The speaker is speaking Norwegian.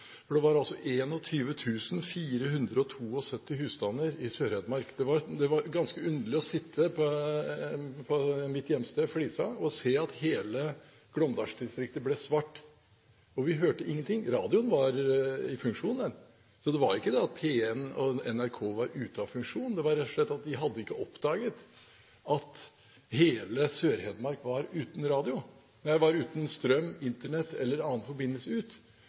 Det var altså 21 472 husstander i Sør-Hedmark som var uten strøm. Det var ganske underlig å sitte på mitt hjemsted, Flisa, og se at hele glåmdalsdistriktet ble svart. Og vi hørte ingenting. Radioen var i funksjon, så det var ikke det at P1 og NRK var ute av funksjon, men de hadde rett og slett ikke oppdaget at hele Sør-Hedmark var uten strøm, Internett eller annen forbindelse ut,